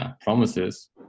promises